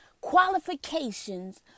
qualifications